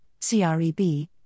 CREB